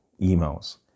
emails